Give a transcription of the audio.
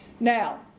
Now